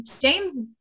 James